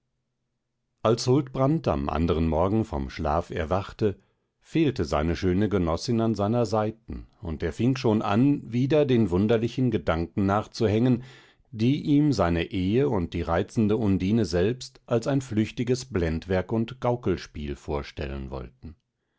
als huldbrand am anderen morgen vom schlaf erwachte fehlte seine schöne genossin an seiner seiten und er fing schon an wieder den wunderlichen gedanken nachzuhängen die ihm seine ehe und die reizende undine selbst als ein flüchtiges blendwerk und gaukelspiel vorstellen wollten